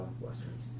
Westerns